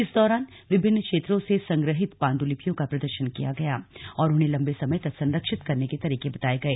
इस दौरान विभिन्न क्षेत्रों से संग्रहित पांडुलिपियों का प्रदर्शन किया गया और उन्हें लंबे समय तक संरक्षित करने के तरीके बताए गए